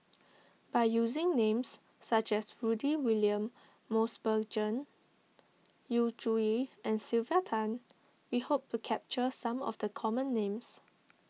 by using names such as Rudy William Mosbergen Yu Zhuye and Sylvia Tan we hope to capture some of the common names